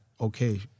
okay